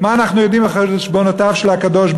מה אנחנו יודעים על חשבונותיו של הקדוש-ברוך-הוא,